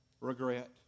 Regret